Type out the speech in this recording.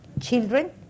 children